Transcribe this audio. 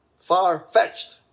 far-fetched